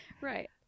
right